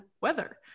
weather